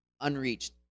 unreached